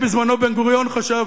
כפי שבזמנו בן-גוריון חשב,